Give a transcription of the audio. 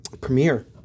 Premiere